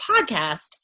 podcast